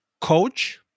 coach